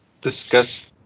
discuss